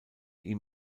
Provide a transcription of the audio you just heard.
ihm